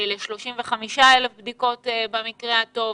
ל-35,000 במקרה הטוב.